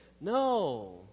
No